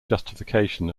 justification